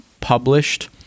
published